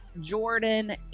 Jordan